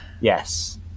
Yes